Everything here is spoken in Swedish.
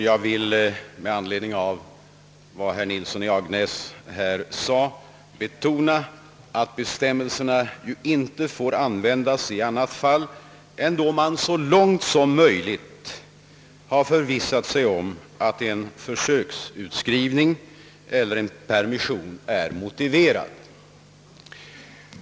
Jag vill betona att bestämmelserna inte får användas i annat fall än då man så långt som möjligt har förvissat sig om att en försöksutskrivning eller en permission är motiverad.